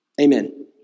Amen